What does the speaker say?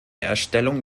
erstellung